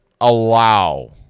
allow